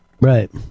Right